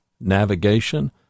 navigation